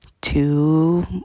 two